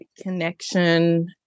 connection